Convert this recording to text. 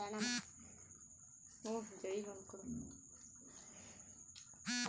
ತಳಿಯವಾಗಿ ಮಾರ್ಪಡಿಸಿದ ಜೇವಿ ಅಂದುರ್ ಮಷೀನ್ ಮತ್ತ ಟೆಕ್ನಿಕಗೊಳಿಂದ್ ಜೀವಿಗೊಳ್ ಮತ್ತ ಧಾನ್ಯಗೊಳ್ ಹುಟ್ಟುಸ್ತಾರ್